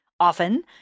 Often